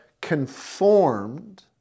conformed